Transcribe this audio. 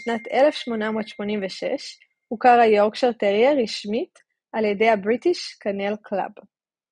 בשנת 1886 הוכר היורקשייר טרייר רשמית על ידי ה-British Kennel Club.